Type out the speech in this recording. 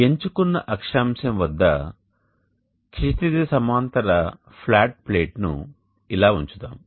ఎంచుకున్న అక్షాంశం వద్ద క్షితిజ సమాంతర ఫ్లాట్ ప్లేట్ను ఇలా ఉంచుదాం